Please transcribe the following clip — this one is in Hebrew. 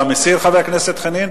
אתה מסיר, חבר הכנסת חנין?